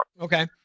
Okay